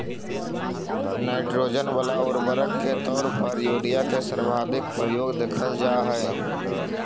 nitrogen वाला उर्वरक के तौर पर यूरिया के सर्वाधिक प्रयोग देखल जा हइ